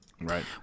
Right